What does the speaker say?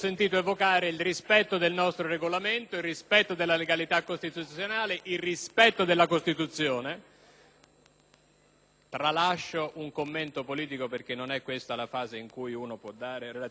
Tralascio un commento politico, perché non è questa la fase in cui esprimendo relativamente all'esito della vicenda, ma denuncio l'andamento sistolico e diastolico